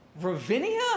Ravinia